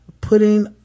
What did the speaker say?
putting